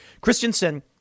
Christensen